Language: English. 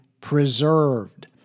preserved